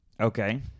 Okay